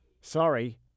sorry